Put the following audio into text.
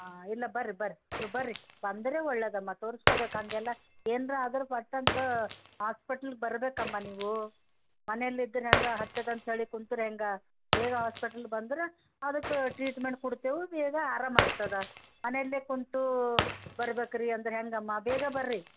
ಹಾಂ ಇಲ್ಲ ಬರ್ರಿ ಬರ್ರಿ ನೀವು ಬರ್ರಿ ಬಂದರೆ ಒಳ್ಳೆಯದಮ್ಮ ತೋರಿಸ್ಕೋಬೇಕು ಹಾಗೆಲ್ಲಾ ಎನ್ರ ಆದ್ರೆ ಪಟ್ಟ್ ಅಂತ ಹಾಸ್ಪಿಟಲ್ಗೆ ಬರಬೇಕಮ್ಮ ನೀವು ಮನೆಲ್ಲಿದ್ರೆ ಹೆಂಗೋ ಆಗ್ತದೆ ಅಂತ ಹೇಳಿ ಕುಂತ್ರೆ ಹೆಂಗೆ ಬೇಗ ಹಾಸ್ಪಿಟಲ್ ಬಂದ್ರೆ ಅದಕ್ಕೆ ಟ್ರೀಟ್ಮೆಂಟ್ ಕೊಡ್ತೇವು ಬೇಗ ಆರಾಮ ಆಗ್ತದೆ ಮನೆಯಲ್ಲೇ ಕುಂತು ಬರಬೇಕ್ರಿ ಅಂದ್ರೆ ಹೇಗಮ್ಮ ಬೇಗ ಬರ್ರಿ